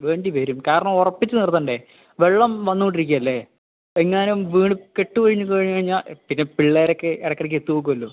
വേണ്ടി വരും കാരണം ഉറപ്പിച്ച് നിർത്തണ്ടേ വെള്ളം വന്ന് കൊണ്ട് ഇരിക്കുക അല്ലേ എങ്ങാനും വീണ് കെട്ട് കഴിഞ്ഞ് പോയി കഴിഞ്ഞാൽ പിന്നെ പിള്ളേരൊക്കെ എടക്ക് ഇടയ്ക്ക് എടുത്ത് നോക്കുവല്ലോ